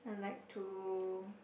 I like to